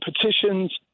petitions